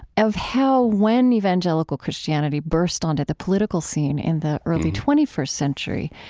of how, when evangelical christianity burst on to the political scene in the early twenty first century,